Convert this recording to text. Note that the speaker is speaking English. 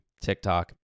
TikTok